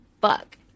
Buck